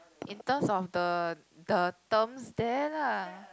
in terms of the the the terms there lah